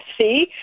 see